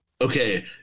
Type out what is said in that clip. okay